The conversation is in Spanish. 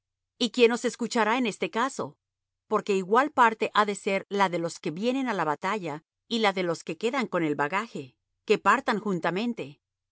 y quién os escuchará en este caso porque igual parte ha de ser la de los que vienen á la batalla y la de los que quedan con el bagaje que partan juntamente